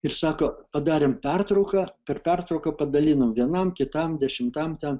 ir sako padarėm pertrauką per pertrauką padalinom vienam kitam dešimtam ten